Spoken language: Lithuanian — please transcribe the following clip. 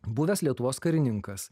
buvęs lietuvos karininkas